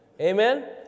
Amen